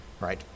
right